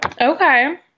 Okay